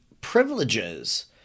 privileges